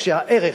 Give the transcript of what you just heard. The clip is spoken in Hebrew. כשהערך,